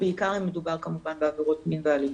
בעיקר אם מדובר כמובן בעבירות מין ואלימות.